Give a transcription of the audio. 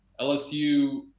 LSU